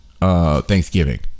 Thanksgiving